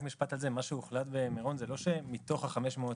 מה שהוחלט במירון זה לא לקזז קצבאות